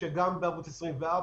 שמשודרות בערוץ 24,